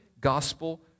gospel